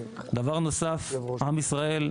עם ישראל,